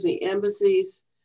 embassies